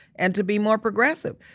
and to be more progressive.